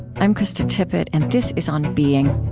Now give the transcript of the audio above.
i'm krista tippett, and this is on being